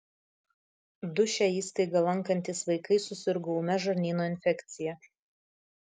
du šią įstaigą lankantys vaikai susirgo ūmia žarnyno infekcija